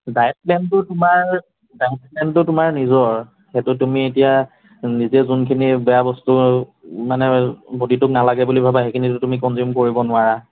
diet প্লেনটো তোমাৰ diet প্লেনটো তোমাৰ নিজৰ সেইটো তুমি এতিয়া নিজে যোনখিনি বেয়া বস্তু মানে বডীটোক নালাগে বুলি ভাবা সেইখিনি তুমি কনজিউম কৰিব নোৱাৰা